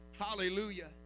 Hallelujah